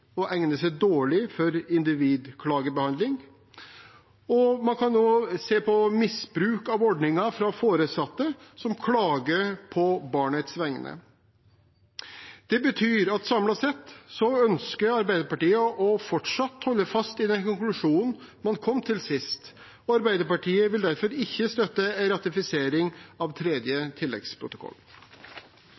seg dårlig for individklagebehandling, og man kan også se på misbruk av ordningen fra foresatte som klager på barnets vegne. Det betyr at Arbeiderpartiet samlet sett ønsker å fortsatt holde fast ved den konklusjonen man kom til sist, og Arbeiderpartiet vil derfor ikke støtte en ratifisering av tredje tilleggsprotokoll.